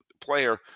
player